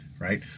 right